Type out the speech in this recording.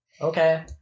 Okay